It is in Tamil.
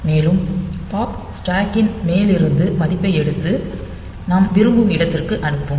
மேலும் பாப் ஸ்டாக் கின் மேலிருந்து மதிப்பை எடுத்து நாம் விரும்பும் இடத்திற்கு அனுப்பும்